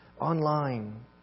online